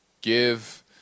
give